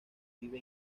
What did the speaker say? vive